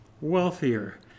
wealthier